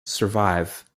survive